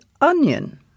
onion